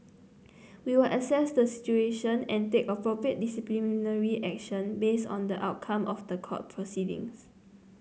we'll assess the situation and take appropriate disciplinary action based on the outcome of the court proceedings